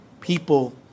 people